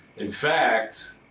in fact,